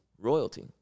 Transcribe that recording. royalty